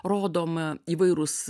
rodoma įvairūs